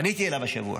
פניתי אליו השבוע